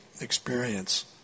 experience